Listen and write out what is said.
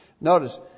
Notice